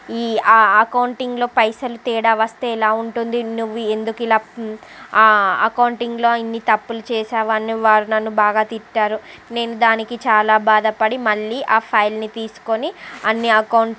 ఈ ఆ అకౌంటింగ్లో పైసలు తేడా వస్తే ఎలా ఉంటుంది నువ్వు ఎందుకు ఇలా అకౌంటింగ్లో ఇన్ని తప్పులు చేసావు అని వారు నన్ను బాగా తిట్టారు నేను దానికి చాలా బాధపడి మళ్ళీ ఆ ఫైల్ని తీసుకొని అన్నీ అకౌంట్